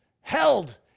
held